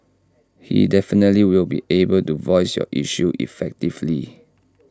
he definitely will be able to voice your issues effectively